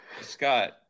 Scott